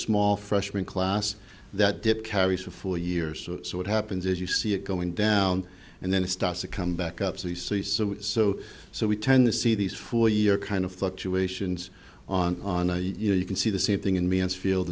small freshman class that did carry for four years so what happens is you see it going down and then it starts to come back up so you see so so so we tend to see these four year kind of fluctuations on a you know you can see the same thing in mansfield